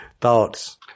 Thoughts